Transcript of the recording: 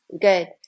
good